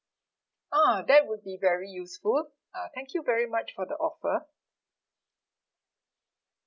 ah that will be very useful uh thank you very much for the offer